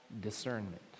discernment